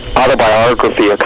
autobiography